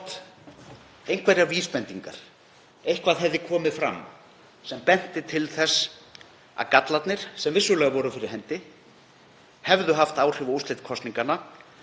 einhverjar vísbendingar hefðu komið fram sem bentu til þess að gallarnir, sem vissulega voru fyrir hendi, hefðu haft áhrif á úrslit kosninganna.